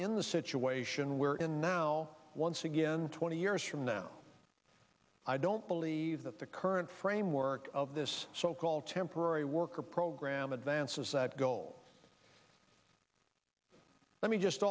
in the situation we're in now once again twenty years from now i don't believe that the current framework of this so called temporary worker program advances that goal let me just